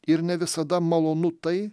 ir ne visada malonu tai